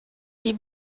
die